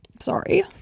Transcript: sorry